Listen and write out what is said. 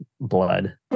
blood